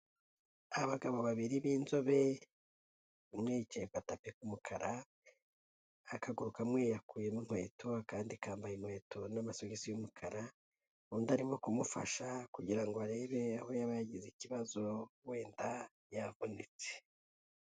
Abagabo babiri b'inzobe, umwe yicaye ku gatapi k'umukara, akaguru kamwe yakuyemo inkweto, akandi kambaye inkweto n'amasogisi y'umukara, undi arimo kumufasha kugira ngo arebe aho yaba yagize ikibazo wenda yavunitse.